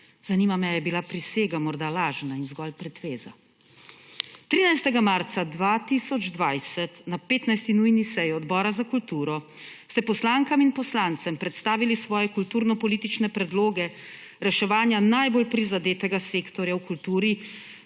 Zanima me, ali je bila prisega morda lažna in zgolj pretveza. 13. marca 2020 na 15. nujni seji Odbora za kulturo ste poslankam in poslancem predstavili svoje kulturnopolitične predloge reševanja najbolj prizadetega sektorja v kulturi,